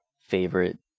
favorite